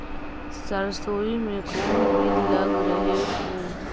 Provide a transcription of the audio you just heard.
सरसोई मे कोन बीज लग रहेउ?